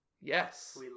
Yes